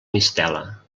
mistela